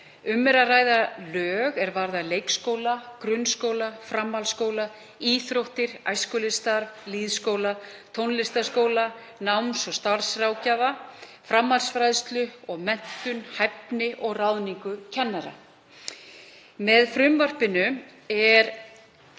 Um er að ræða lög er varða leikskóla, grunnskóla, framhaldsskóla, íþróttir, æskulýðsstarf, lýðskóla, tónlistarskóla, náms- og starfsráðgjafa, framhaldsfræðslu og menntun og hæfni og ráðningu kennara.